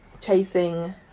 chasing